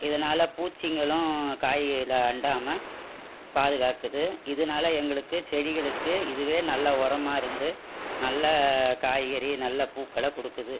இதனால் பூச்சிங்களும் காய்களை அண்டாமல் பாதுகாக்குது இதனால் எங்களுக்கு செடிகளுக்கு இதுவே நல்ல உரமாக இருந்து நல்ல காய்கறி நல்ல பூக்களை கொடுக்குது